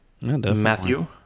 Matthew